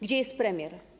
Gdzie jest premier?